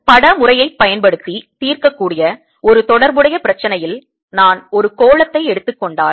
பட முறையைப் பயன்படுத்தி தீர்க்கக்கூடிய ஒரு தொடர்புடைய பிரச்சனையில் நான் ஒரு கோளத்தை எடுத்துக் கொண்டால்